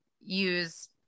use